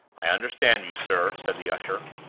i understand you, sir, said the usher.